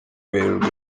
werurwe